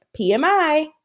PMI